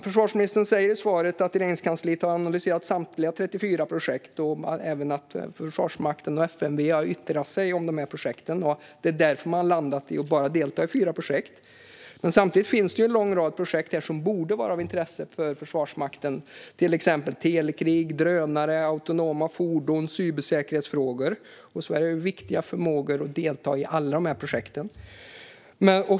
Försvarsministern säger i svaret att Regeringskansliet har analyserat samtliga 34 projekt och att även Försvarsmakten och FMV har yttrat sig om projekten. Det är därför man har landat i att bara delta i 4 projekt. Samtidigt finns det en lång rad projekt som borde vara av intresse för Försvarsmakten. Det gäller till exempel telekrig, drönare, autonoma fordon och cybersäkerhetsfrågor. Sverige har viktiga förmågor att delta i alla de projekten.